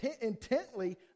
intently